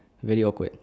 very awkward